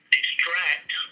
extract